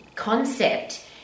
Concept